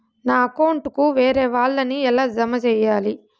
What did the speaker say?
నా అకౌంట్ కు వేరే వాళ్ళ ని ఎలా జామ సేయాలి?